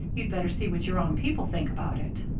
you'd better see what your own people think about it.